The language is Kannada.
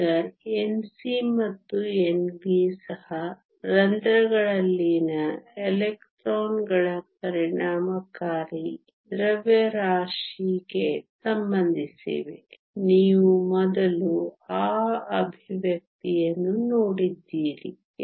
ಈಗ Nc ಮತ್ತು Nv ಸಹ ರಂಧ್ರಗಳಲ್ಲಿನ ಎಲೆಕ್ಟ್ರಾನ್ಗಳ ಪರಿಣಾಮಕಾರಿ ದ್ರವ್ಯರಾಶಿಗೆ ಸಂಬಂಧಿಸಿವೆ ನೀವು ಮೊದಲು ಆ ಎಕ್ಸ್ಪ್ರೆಶನ್ ಅನ್ನು ನೋಡಿದ್ದೀರಿ